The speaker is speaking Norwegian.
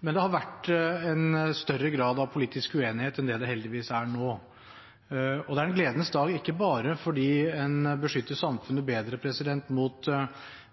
men det har vært en større grad av politisk uenighet enn det det heldigvis er nå. Det er en gledens dag ikke bare fordi en beskytter samfunnet bedre mot